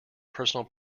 personal